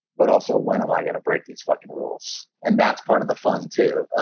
but also when am i going to break these fucking rules? and that's part of the fun, too.